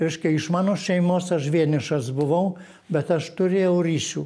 reiškia iš mano šeimos aš vienišas buvau bet aš turėjau ryšių